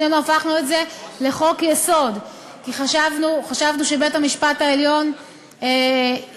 שנינו הפכנו את זה לחוק-יסוד כי חשבנו שבית-המשפט העליון ירצה